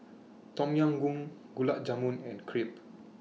Tom Yam Goong Gulab Jamun and Crepe